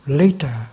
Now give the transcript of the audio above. later